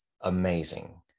amazing